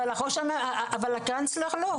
אבל הקנצלר לא,